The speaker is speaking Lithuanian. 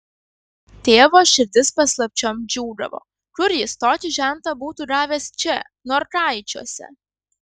tėvo širdis paslapčiom džiūgavo kur jis tokį žentą būtų gavęs čia norkaičiuose